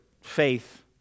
faith